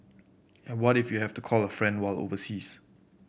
and what if you have to call a friend while overseas